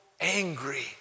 angry